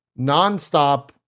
nonstop